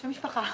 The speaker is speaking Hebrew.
שם משפחה.